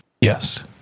Yes